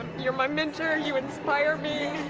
you're my mentor you inspire me